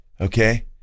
okay